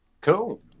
Cool